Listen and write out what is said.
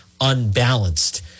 unbalanced